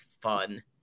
fun